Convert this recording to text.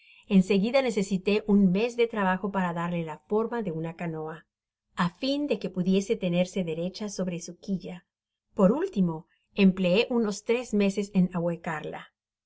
en seguida necesité un mes de trabajo para darle la forma de una canoa á fin de que pudiese tenerse derecha sobre su quilla por último empleé unos tres meses en ahuecarla esta obra la